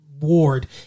ward